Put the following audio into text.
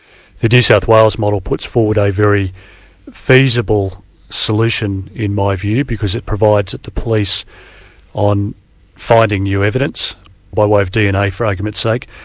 the new south wales model puts forward a very feasible solution, in my view, because it provides that the police on finding new evidence by way of dna, for argument's sake,